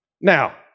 Now